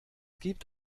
gibt